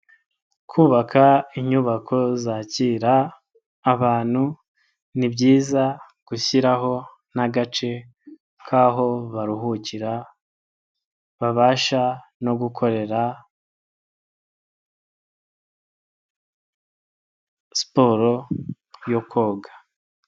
Kubaka inyubako zakira abantu nibyiza gushyiraho n'agace kaho baruhukira; babasha no gukorera siporo yo koga.